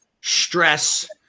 stress